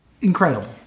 Incredible